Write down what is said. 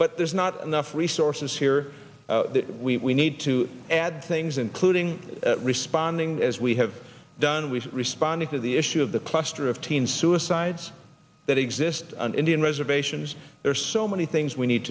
but there's not enough resources here we need to add things including responding as we have done with responding to the issue of the cluster of teen suicides that exist on indian reservations there are so many things we need